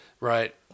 right